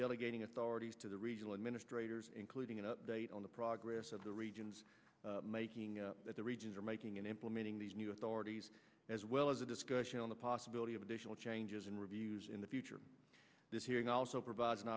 delegating authorities to the regional administrators including an update on the progress of the regions making the regions are making and implementing these new authorities as well as a discussion on the possibility of additional changes and reviews in the future this hearing also provides an